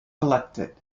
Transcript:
collected